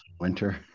winter